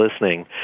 listening